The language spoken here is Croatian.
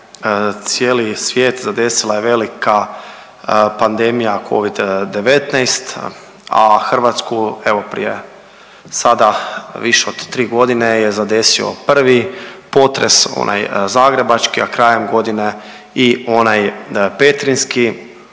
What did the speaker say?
cijeli svijet zadesila je velika pandemija covid-19, a Hrvatsku evo prije sada više od 3.g. je zadesio prvi potres onaj zagrebački, a krajem godine i onaj petrinjski,